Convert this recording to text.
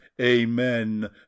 Amen